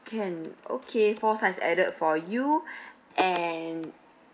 can okay four sides added for you and